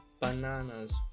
bananas